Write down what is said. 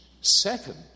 Second